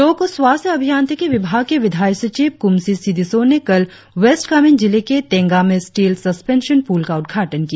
लोक स्वास्थ्य अभियांत्रिकी विभाग के विधायी सचिव कुमसी सीडिसो ने कल वेस्ट कामेंग जिले के तेंगा में स्टील सस्पेंसन पुल का उद्घाटन किया